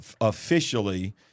officially